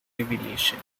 revelation